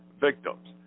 victims